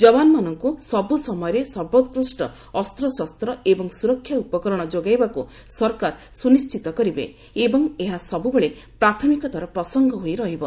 ଯବାନମାନଙ୍କୁ ସବୁ ସମୟରେ ସର୍ବୋକୁଷ୍ଟ ଅସ୍ତ୍ରଶସ୍ତ ଏବଂ ସୁରକ୍ଷା ଉପକରଣ ଯୋଗାଇବାକୁ ସରକାର ସୁନିଶ୍ଚିତ କରିବେ ଏବଂ ଏହା ସବୁବେଳେ ପ୍ରାଥମିକତାର ପ୍ରସଙ୍ଗ ହୋଇ ରହିବ